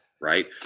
right